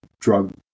drug